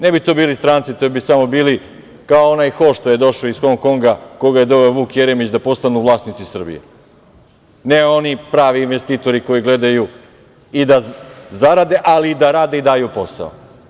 Ne bi to bili stranci, to bi samo bili kao onaj Ho što je došao iz Hong Konga, koga je doveo Vuk Jeremić da postanu vlasnici Srbije, ne oni pravi investitori koji gledaju i da zarade, ali i da rade i daju posao.